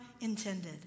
intended